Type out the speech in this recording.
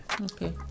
Okay